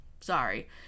Sorry